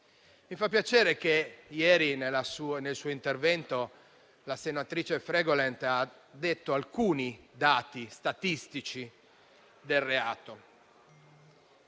Mi fa piacere che ieri, nel suo intervento, la senatrice Fregolent abbia citato alcuni dati statistici del reato.